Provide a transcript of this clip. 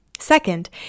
Second